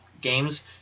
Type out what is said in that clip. games